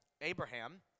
Abraham